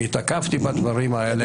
אני התעכבתי בדברים האלה.